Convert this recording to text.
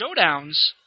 showdowns